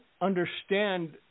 understand